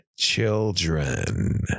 children